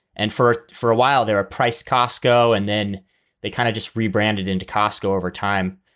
and for for a while, there are price costco. and then they kind of just rebranded into costco over time.